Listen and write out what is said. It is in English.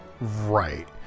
right